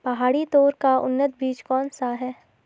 पहाड़ी तोर का उन्नत बीज कौन सा है?